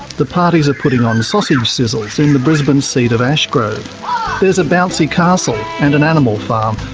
the parties are putting on sausage sizzles in the brisbane seat of ashgrove there's a bouncy castle and an animal farm,